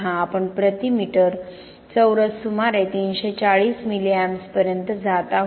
आपण प्रति मीटर चौरस सुमारे 340 मिली amps पर्यंत जात आहोत